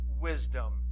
wisdom